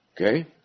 Okay